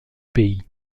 pays